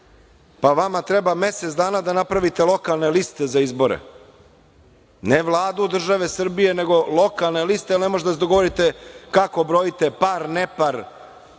pa vama treba mesec dana da napravite lokalne liste za izbore, ne Vladu države Srbije, nego lokalne liste, jer ne možete da se dogovorite kako brojite par, nepar i